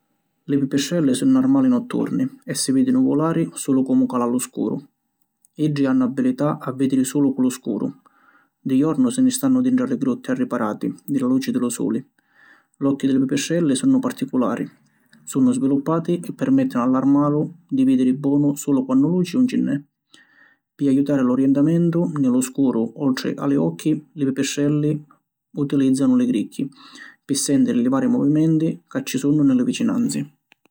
Li pipistrelli sunnu armali notturni e si vìdinu vulari sulu comu cala lu scuru. Iddi hannu abilità a vìdiri sulu cu lu scuru. Di jornu si nni stannu dintra li grutti arriparati di la luci di lu suli. L’occhi di li pipistrelli sunnu particulari: sunnu sviluppati e permèttinu a l’armalu di vìdiri bonu sulu quannu luci ‘un ci nn’è. Pi ajutari l’orientamentu nni lu scuru oltri a li occhi, li pipistrelli utilìzzanu li gricchi pi sèntiri li vari movimenti ca ci sunnu nni li vicinanzi.